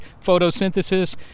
Photosynthesis